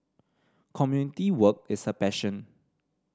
community work is her passion